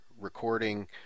recording